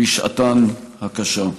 בשעתן הקשה.